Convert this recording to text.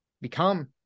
become